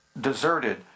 deserted